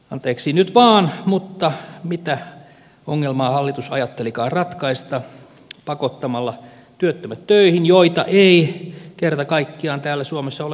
anteeksi nyt vain mutta mitä ongelmaa hallitus ajattelikaan ratkaista pakottamalla työttömät töihin joita ei kerta kaikkiaan täällä suomessa ole olemassakaan